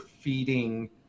feeding